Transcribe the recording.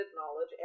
knowledge